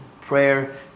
prayer